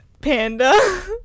panda